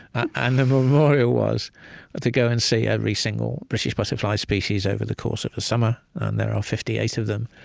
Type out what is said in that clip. and the memorial was to go and see every single british butterfly species over the course of a summer, and there are fifty eight of them,